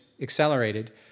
accelerated